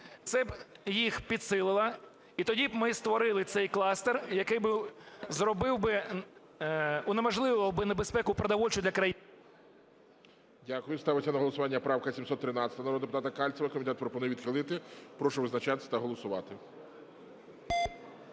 Це б їх підсилило, і тоді б ми створили цей кластер, який би зробив би, унеможливив небезпеку продовольчу для країни… ГОЛОВУЮЧИЙ. Дякую. Ставиться на голосування правка 713 народного депутата Кальцева. Комітет пропонує відхилити. Прошу визначатись та голосувати.